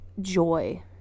joy